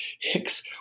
Hicks